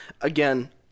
again